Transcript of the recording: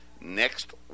next